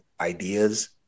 ideas